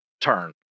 turn